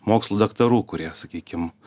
mokslų daktarų kurie sakykim